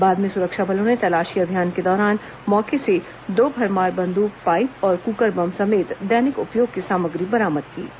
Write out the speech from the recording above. बाद में सुरक्षा बलों ने तलाशी अभियान के दौरान मौके से दो भरमार बंद्क पाइप और कुकर बम समेत दैनिक उपयोग की सामग्री बरामद की है